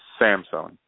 Samsung